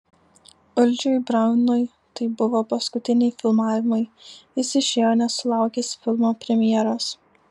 uldžiui braunui tai buvo paskutiniai filmavimai jis išėjo nesulaukęs filmo premjeros